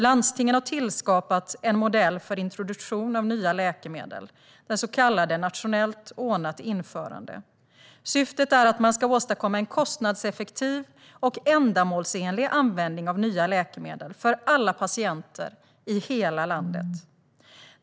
Landstingen har tillskapat en modell för introduktion av nya läkemedel - ett så kallat nationellt ordnat införande. Syftet är att man ska åstadkomma en kostnadseffektiv och ändamålsenlig användning av nya läkemedel för alla patienter i hela landet.